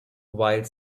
while